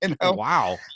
Wow